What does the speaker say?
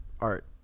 art